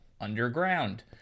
underground